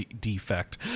defect